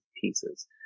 pieces